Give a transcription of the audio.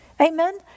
Amen